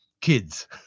kids